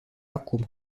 acum